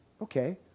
okay